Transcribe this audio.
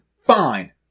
fine